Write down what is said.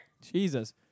Jesus